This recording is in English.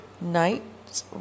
Night